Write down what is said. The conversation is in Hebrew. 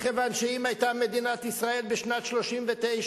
מכיוון שאם היתה מדינת ישראל בשנת 1939,